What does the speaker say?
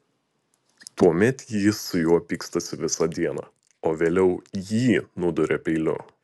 tuomet ji su juo pykstasi visą dieną o vėliau jį nuduria peiliu